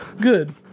Good